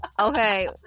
Okay